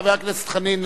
חבר הכנסת חנין,